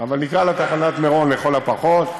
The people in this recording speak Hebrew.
אבל נקרא לה תחנת מירון, לכל הפחות.